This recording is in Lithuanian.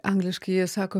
angliškai jie sako